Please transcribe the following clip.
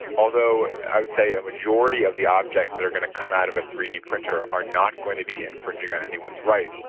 although i would say a majority of the objects but are going to come out of a three d printer are not going to be infringing on anyone's rights,